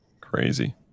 Crazy